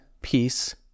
peace